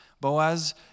Boaz